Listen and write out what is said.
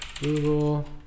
Google